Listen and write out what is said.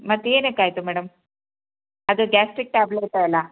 ಮತ್ತೆ ಏನಕ್ಕೆ ಆಯಿತು ಮೇಡಮ್ ಅದು ಗ್ಯಾಸ್ಟ್ರಿಕ್ ಟ್ಯಾಬ್ಲೇಟೇ ಅಲಾ